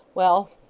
well.